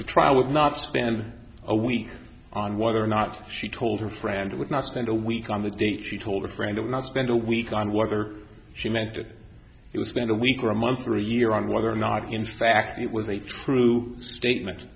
the trial would not spend a week on whether or not she told her friend would not spend a week on the date she told a friend of not spent a week on whether she meant that it was spent a week or a month or a year on whether or not in fact it was a true statement